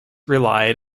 relied